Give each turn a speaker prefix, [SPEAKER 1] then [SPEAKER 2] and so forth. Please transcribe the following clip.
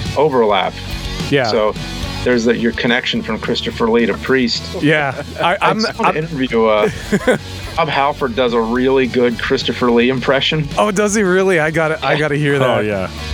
[SPEAKER 1] overlap.
[SPEAKER 2] Yeah.
[SPEAKER 1] So, there's that- your connection from Christopher Lee to Priest.
[SPEAKER 2] Yeah. I- I'm-
[SPEAKER 1] I saw an
[SPEAKER 2] I'm-
[SPEAKER 1] interview, uh, Rob Halford does a really good Christopher Lee impression.
[SPEAKER 2] Oh, does he really? I gotta-
[SPEAKER 3] Yeah.
[SPEAKER 2] I gotta hear that.
[SPEAKER 1] Oh, yeah.